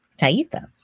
Taitha